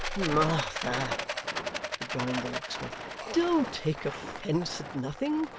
martha rejoined the locksmith don't take offence at nothing.